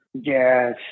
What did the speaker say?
Yes